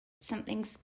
something's